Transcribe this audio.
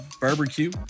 barbecue